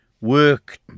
Work